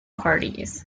parties